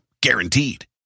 guaranteed